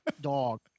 dog